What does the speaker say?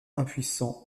impuissant